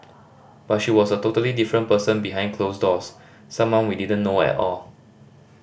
but she was a totally different person behind closed doors someone we didn't know at all